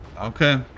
Okay